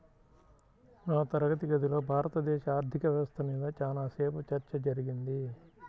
మా తరగతి గదిలో భారతదేశ ఆర్ధిక వ్యవస్థ మీద చానా సేపు చర్చ జరిగింది